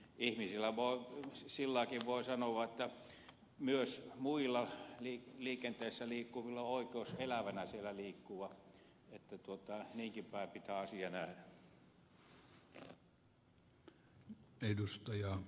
silläkin tavalla voi sanoa että myös muilla liikenteessä liikkuvilla on oikeus elävänä siellä liikkua että niinkin päin pitää asia nähdä